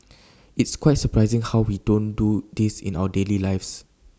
it's quite surprising how we don't do this in our daily lives